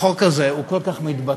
החוק הזה הוא כל כך מתבקש,